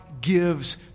gives